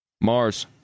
Mars